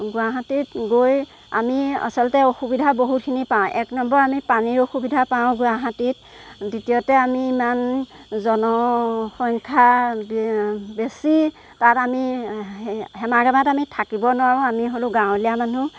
গুৱাহাটীত গৈ আমি আচলতে অসুবিধা বহুতখিনি পাওঁ এক নম্বৰ আমি পানীৰ অসুবিধা পাওঁ গুৱাহাটীত দ্বিতীয়তে আমি ইমান জনসংখ্যা বে বেছি তাত আমি হেমাগেমাত আমি থাকিব নোৱাৰো আমি হ'লো গাৱলীয়া মানুহ